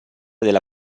della